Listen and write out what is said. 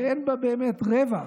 שאין בה באמת רווח,